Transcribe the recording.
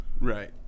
Right